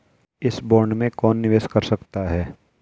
इस बॉन्ड में कौन निवेश कर सकता है?